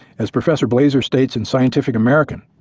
as professor blaser states in scientific american,